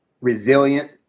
resilient